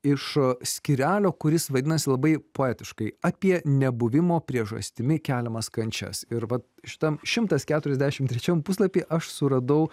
iš skyrelio kuris vadinasi labai poetiškai apie nebuvimo priežastimi keliamas kančias ir vat šitam šimtas keturiasdešim trečiam puslapy aš suradau